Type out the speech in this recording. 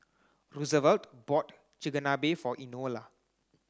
Roosevelt bought Chigenabe for Enola